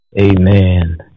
amen